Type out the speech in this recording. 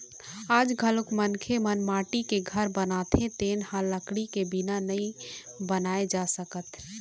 आज घलोक मनखे मन माटी के घर बनाथे तेन ल लकड़ी के बिना नइ बनाए जा सकय